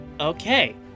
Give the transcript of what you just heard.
Okay